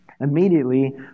Immediately